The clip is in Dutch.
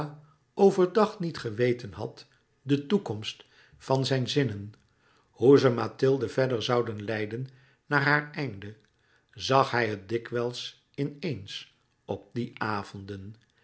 dag niet geweten had de toekomst van zijn zinnen hoe ze mathilde verder zouden leiden naar haar einde zag hij het dikwijls in eens op die avonden